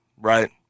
right